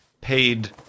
paid